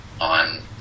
on